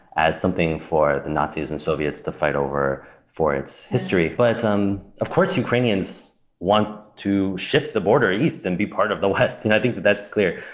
as something for the nazis and soviets to fight over for its history. but um of course, ukrainians want to shift the border east and be part of the west. and i think that that's clear.